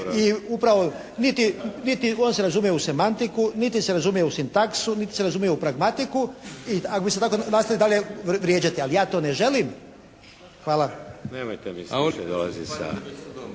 I upravo, niti on se razumije u semantiku niti se razumije u sintaksu, niti se razumije u pragmatiku. I ako bi se tako nastavilo dalje vrijeđati. Ali ja to ne želim. Hvala. **Šeks, Vladimir (HDZ)**